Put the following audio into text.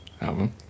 album